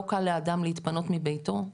לא קל לאדם להתפנות מביתו,